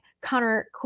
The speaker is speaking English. Connor